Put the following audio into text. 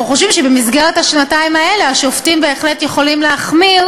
אנחנו חושבים שבמסגרת השנתיים האלה השופטים בהחלט יכולים להחמיר,